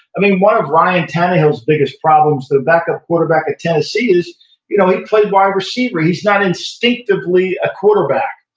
i mean, one of ryan tannelhill's biggest problems, the backup quarterback at tennessee, is you know he played wide receiver. he's not instinctively a quarterback.